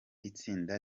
itsinda